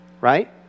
right